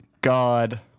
God